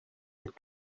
had